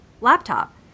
laptop